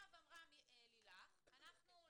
אמרה לילך אנחנו,